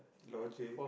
logic